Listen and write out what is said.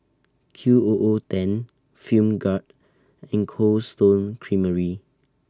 Q O O ten Film Grade and Cold Stone Creamery